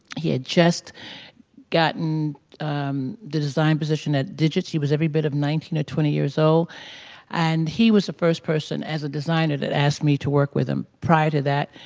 he had just gotten the design position at digits. he was every bit of nineteen or twenty years old and he was the first person, as a designer, that asked me to work with them. prior to that,